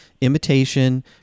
imitation